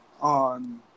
on